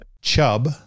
chub